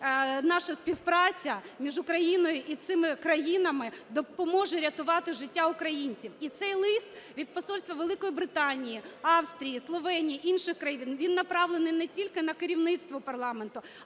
наша співпраця між Україною і цими країнами допоможе рятувати життя українців. І цей лист від посольства Великої Британії, Австрії, Словенії, інших країн, він направлений не тільки на керівництво парламенту,